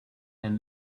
and